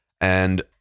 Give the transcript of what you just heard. And-